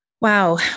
Wow